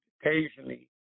occasionally